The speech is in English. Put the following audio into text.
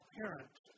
parents